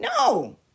No